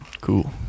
Cool